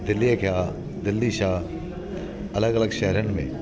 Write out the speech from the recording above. दिल्लीअ जा दिल्ली छा अलॻि अलॻि शहरनि में